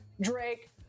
Drake